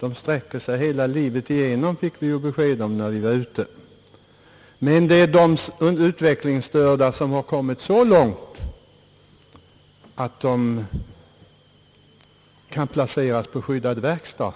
De sträcker sig ju hela livet igenom, fick vi besked om när vi var ute på vår resa. Men i fråga om de utvecklingsstörda som har kommit så långt att de kan placeras på skyddad verkstad